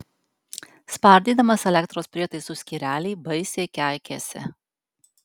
spardydamas elektros prietaisų skyrelį baisiai keikėsi